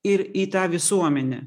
ir į tą visuomenę